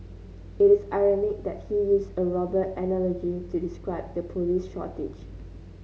it is ironic that he used a robber analogy to describe the police shortage